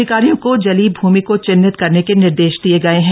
अधिकारियों को जलीय भूमि को चिंहित करने के निर्देश दिये गए हैं